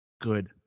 good